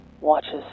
watches